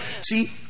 See